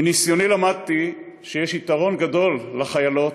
מניסיוני למדתי שיש יתרון גדול לחיילות,